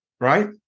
right